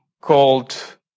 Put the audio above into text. called